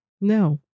No